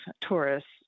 tourists